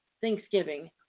Thanksgiving